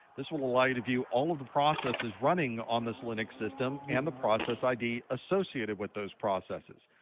this will allow you to view all of the processes running on this linux system and the process id associated with those processes.